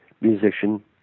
musician